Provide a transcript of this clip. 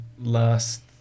last